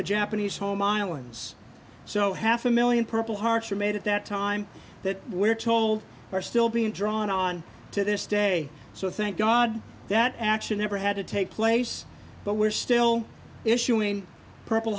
the japanese home islands so half a million purple hearts were made at that time that we're told are still being drawn on to this day so thank god that action never had to take place but we're still issuing purple